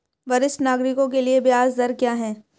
वरिष्ठ नागरिकों के लिए ब्याज दर क्या हैं?